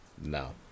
No